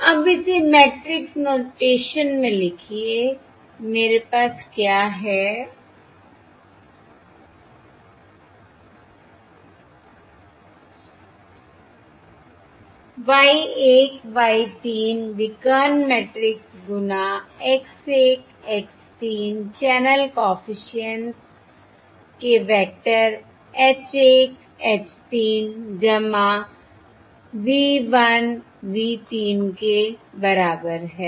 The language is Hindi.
अब इसे मैट्रिक्स नोटेशन में लिखिए मेरे पास क्या हैI Y 1 Y 3 विकर्ण मैट्रिक्स गुना X 1 X 3 चैनल कॉफिशिएंट्स के vector H 1 H 3 V 1 V 3 के बराबर है